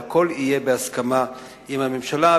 שהכול יהיה בהסכמה עם הממשלה,